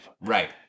Right